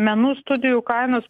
menų studijų kainos